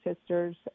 sisters